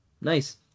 Nice